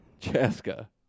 Chaska